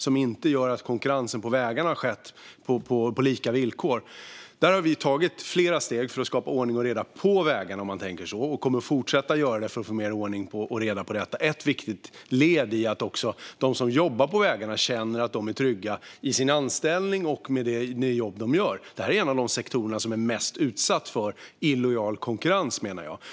Det har gjort att konkurrensen på vägarna inte har skett på lika villkor. Vi har därför tagit flera steg för att skapa ordning och reda på vägarna och kommer att fortsätta att göra det. Det är ett viktigt led i att också de som jobbar på vägarna kan känna sig trygga i sin anställning och med de arbeten de utför. Det här är en av de sektorer som är mest utsatt för illojal konkurrens, menar jag.